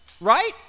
Right